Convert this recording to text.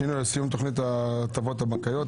שינוי או סיום תוכנית הטבות בנקאית),